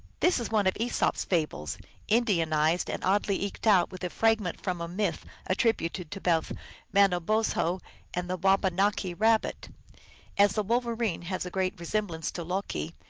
this is one of esop s fables indianized and oddly eked out with a fragment from a myth attributed to both manobozho and the wabanaki kabbit. as the wolverine has a great resemblance to loki,